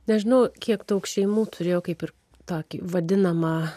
nežinau kiek daug šeimų turėjo kaip ir tokį vadinamą